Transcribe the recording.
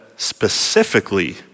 specifically